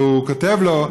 והוא כותב לו: